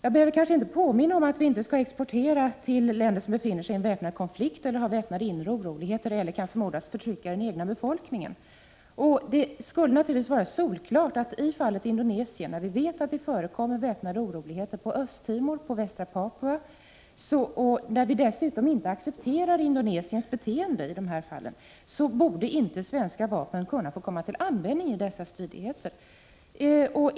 Jag behöver kanske inte påminna om att 20 mars 1986 vi inte skall exportera till länder som befinner sig i en väpnad konflikt, som har väpnade inre oroligheter eller som kan förmodas förtrycka den egna befolkningen. I fallet Indonesien vet vi att det förekommer väpnade oroligheter på Östtimor och på västra Papua. Dessutom accepterar vi inte Indonesiens beteende i de fallen. Det borde vara solklart att svenska vapen inte skulle få komma till användning i dessa stridigheter.